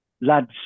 lads